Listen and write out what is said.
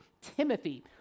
Timothy